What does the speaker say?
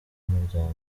umuryango